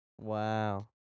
Wow